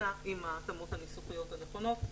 הנה, עם ההתאמות הניסוחיות הנכונות,